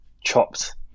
chopped